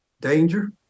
danger